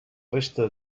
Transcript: resta